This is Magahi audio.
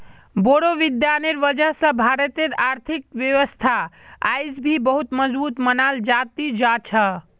बोड़ो विद्वानेर वजह स भारतेर आर्थिक व्यवस्था अयेज भी बहुत मजबूत मनाल जा ती जा छ